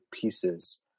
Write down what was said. pieces